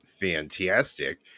Fantastic